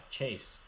Chase